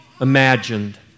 imagined